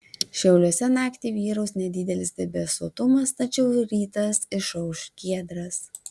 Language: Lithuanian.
šiauliuose naktį vyraus nedidelis debesuotumas tačiau rytas išauš giedras